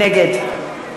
נגד